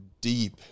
deep